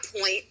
point